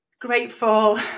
grateful